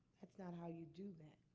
that's not how you do that.